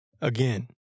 again